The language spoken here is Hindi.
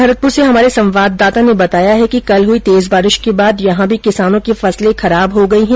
भरतपुर से हमारे संवाददाता ने बताया कि कल हुई तेज बारिश के बाद यहां भी किसानों की फसले खराब हो गई है